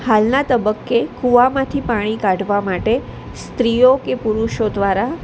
હાલના તબક્કે કૂવામાંથી પાણી કાઢવા માટે સ્ત્રીઓ કે પુરુષો દ્વારા